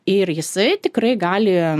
ir jisai tikrai gali